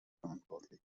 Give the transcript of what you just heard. verantwortlich